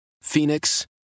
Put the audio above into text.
Phoenix